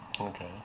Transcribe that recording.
Okay